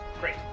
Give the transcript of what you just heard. great